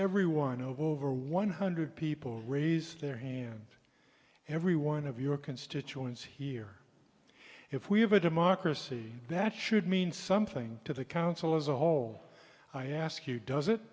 everyone over one hundred people raise their hand every one of your constituents here if we have a democracy that should mean something to the council as a whole i ask you does it